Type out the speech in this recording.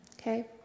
Okay